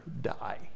die